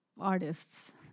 artists